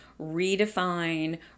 redefine